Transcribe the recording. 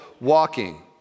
walking